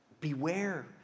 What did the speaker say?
Beware